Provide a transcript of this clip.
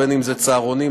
בין שזה צהרונים,